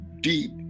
deep